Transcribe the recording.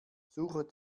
suche